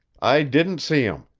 i didn't see him,